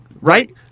Right